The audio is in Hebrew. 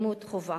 לימוד חובה.